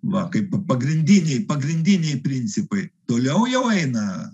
va kaip pagrindiniai pagrindiniai principai toliau jau eina